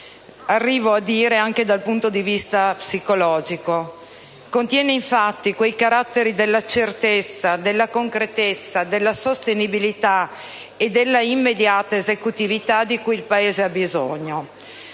arrivo a dire, anche dal punto di vista psicologico. Contiene infatti quei caratteri della certezza, della concretezza, della sostenibilità e della immediata esecutività di cui il Paese ha bisogno.